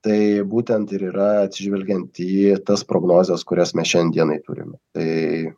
tai būtent ir yra atsižvelgiant į tas prognozes kurias mes šiandien dienai turime tai